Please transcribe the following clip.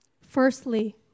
firstly